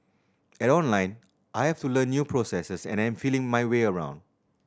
at Online I have to learn new processes and am feeling my way around